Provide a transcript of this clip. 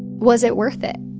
was it worth it?